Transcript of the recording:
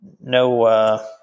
no